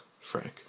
Frank